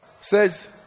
says